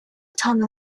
tunnel